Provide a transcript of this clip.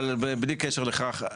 אבל בלי קשר לכך,